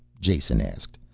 jason asked,